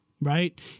right